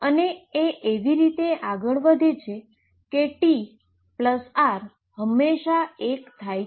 અને એ એવી રીતે આગળ વધે છે કે TR હંમેશા 1 થાય છે